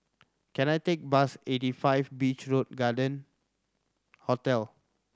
can I take bus eighty five Beach Road Garden Hotel